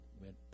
went